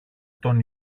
τον